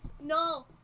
No